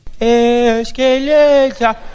Escalator